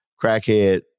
crackhead